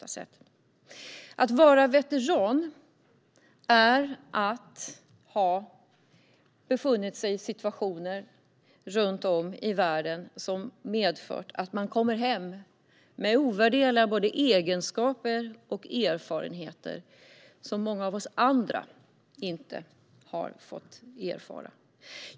Att vara veteran är att ha befunnit sig i situationer runt om i världen som medfört att man kommer hem med ovärderliga egenskaper och erfarenheter som många av oss andra inte har.